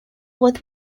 with